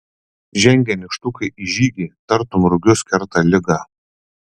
žengia nykštukai į žygį tartum rugius kerta ligą